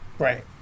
Right